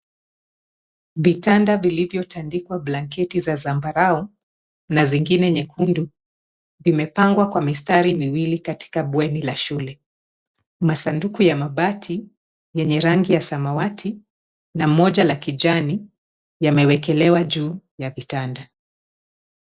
Vitanda vilivyotandikwa blanketi za zambarau na zingine nyekundu vimepangwa kwa mistari miwili katika bweni la shule. Masanduku ya mabati yenye rangi ya samawati na moja la kijani yamewekelewa juu ya kitanda.